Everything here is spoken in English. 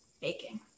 baking